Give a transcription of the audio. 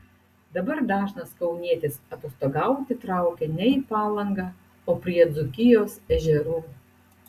dabar dažnas kaunietis atostogauti traukia ne į palangą o prie dzūkijos ežerų